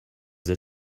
that